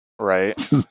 Right